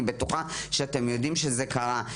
אני בטוחה שאתם יודעים שזה קרה.